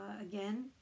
again